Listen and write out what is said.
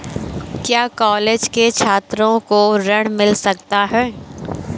क्या कॉलेज के छात्रो को ऋण मिल सकता है?